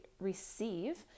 receive